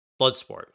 Bloodsport